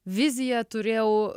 viziją turėjau